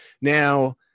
Now